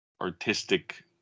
artistic